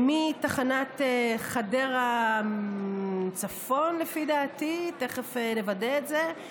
מתחנת חדרה צפון, לפי דעתי, תכף נוודא את זה,